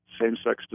same-sex